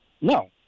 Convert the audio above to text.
No